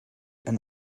and